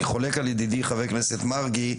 אני חולק על ידידי חבר הכנסת מרגי,